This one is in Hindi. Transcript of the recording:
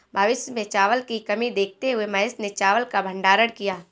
भविष्य में चावल की कमी देखते हुए महेश ने चावल का भंडारण किया